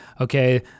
okay